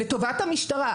לטובת המשטרה,